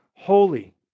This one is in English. Holy